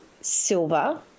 silver